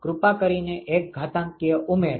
કૃપા કરીને એક ઘાતાંકીય ઉમેરો